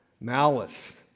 malice